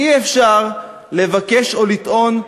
אי-אפשר לבקש או לטעון,